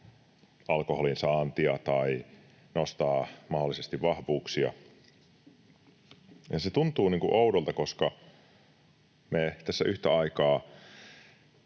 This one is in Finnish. alkoholin saantia tai nostavat mahdollisesti vahvuuksia. Se tuntuu oudolta, koska me tässä yhtä aikaa